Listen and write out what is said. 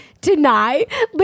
deny